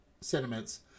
sentiments